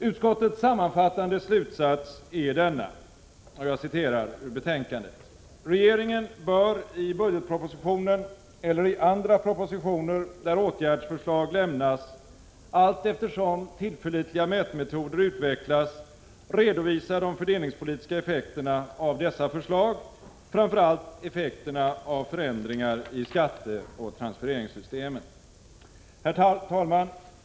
Utskottets sammanfattande slutsats är denna: ”Regeringen bör därför i budgetpropositionen eller i andra propositioner, där åtgärdsförslag lämnas, allteftersom tillförlitliga mätmetoder utvecklas redovisa de fördelningspolitiska effekterna av dessa förslag, framför allt effekterna av förändringar i skatteoch transfereringssystemen.” Herr talman!